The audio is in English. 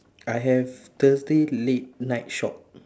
I have thursday late night shop